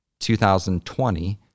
2020